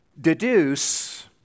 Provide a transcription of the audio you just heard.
deduce